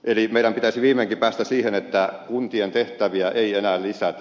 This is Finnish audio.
eli meidän pitäisi viimeinkin päästä siihen että kuntien tehtäviä ei enää lisätä